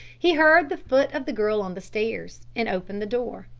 he heard the foot of the girl on the stairs, and opened the door.